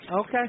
Okay